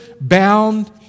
bound